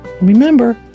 Remember